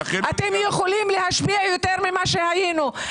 אתם יכולים להשפיע יותר ממה שהיינו.